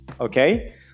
Okay